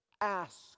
ask